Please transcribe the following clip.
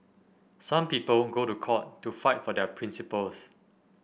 some people go to court to fight for their principles